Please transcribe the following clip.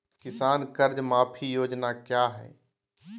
किसान कर्ज माफी योजना क्या है?